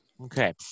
okay